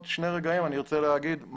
אני רוצה לומר,